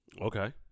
Okay